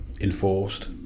enforced